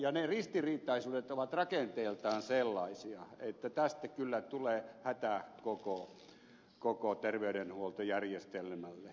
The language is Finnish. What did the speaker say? ne ristiriitaisuudet ovat rakenteeltaan sellaisia että tästä kyllä tulee hätä koko terveydenhuoltojärjestelmälle